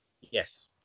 Yes